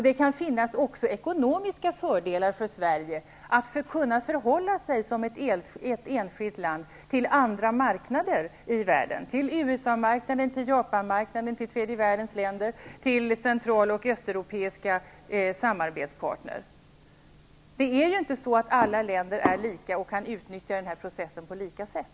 Det kan också finnas ekonomiska fördelar för Sverige att kunna förhålla sig som ett enskilt land till andra marknader i världen -- USA, Japan, tredje världens länder och till central och östeuropeiska samarbetspartners. Alla länder är inte lika och kan inte utnyttja processen på lika sätt.